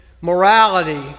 morality